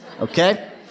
Okay